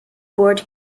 board